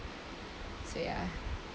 so ya